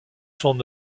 son